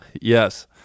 Yes